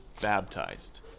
baptized